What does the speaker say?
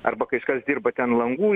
arba kažkas dirba ten langų